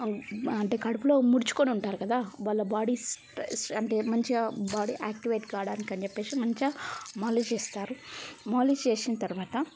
అంటే కడుపులో ముడుచుకొని ఉంటారు కదా వాళ్ళ బాడీస్ అంటే మంచిగా బాడీ యాక్టివేట్ కావడానికి అని జెప్పేసి మంచిగా మాలిష్ చేస్తారు మాలిష్ చేసిన తర్వాత